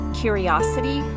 curiosity